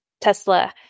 tesla